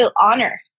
honor